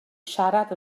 siarad